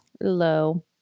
low